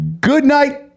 goodnight